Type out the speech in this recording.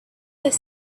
their